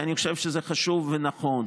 כי אני חושב שזה חשוב ונכון,